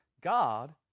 God